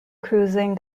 cruising